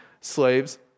slaves